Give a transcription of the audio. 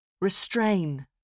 Restrain